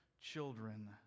children